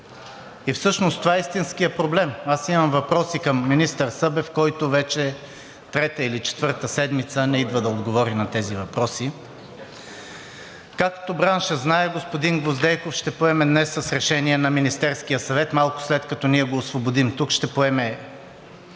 и всъщност това е истинският проблем. Имам въпроси към министър Събев, който вече трета или четвърта седмица не идва да отговори на тези въпроси. Както браншът знае, господин Гвоздейков днес с решение на Министерския съвет, малко след като ние го освободим тук, ще поеме